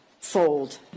fold